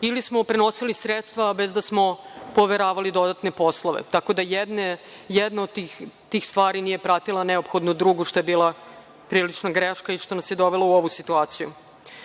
ili smo prenosili sredstva bez da smo poveravali dodatne poslove. Tako da jedno od tih stvari nije pratila neophodno drugu što je bila prilična greška i što nas je dovelo u ovu situaciju. Dakle,